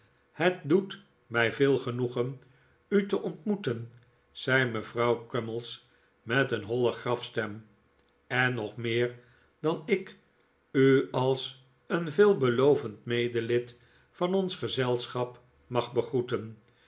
het doet mii veel genoegen u te ontmoeten zei mevrouw crummies met een holle grafstem en nog meer dat ik u als een veelbelovend medelid van ons gezelschap mag begroeten